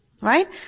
right